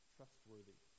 Trustworthy